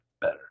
better